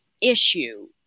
issue